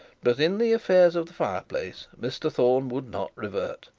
but in the affairs of the fire-place, mr thorne would not revert.